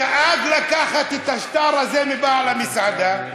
דאג לקחת את השטר הזה מבעל המסעדה.